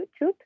YouTube